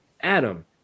Adam